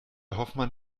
hoffmann